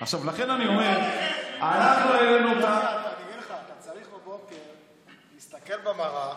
אני אגיד לך, אתה צריך בבוקר להסתכל במראה